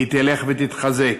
היא תלך ותתחזק,